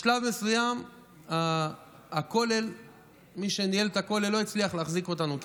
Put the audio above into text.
בשלב מסוים מי שניהל את הכולל לא הצליח להחזיק אותנו כאברכים,